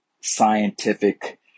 scientific